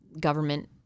government